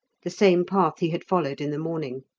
the same path he had followed in the morning.